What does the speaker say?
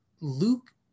Luke